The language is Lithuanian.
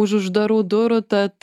už uždarų durų tad